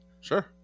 sure